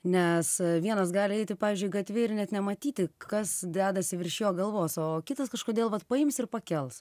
nes vienas gali eiti pavyzdžiui gatve ir net nematyti kas dedasi virš jo galvos o kitas kažkodėl vat paims ir pakels